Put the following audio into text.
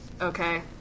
Okay